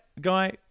Guy